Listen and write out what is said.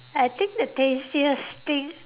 I think the tastiest thing